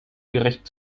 gerecht